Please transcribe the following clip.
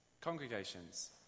congregations